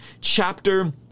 chapter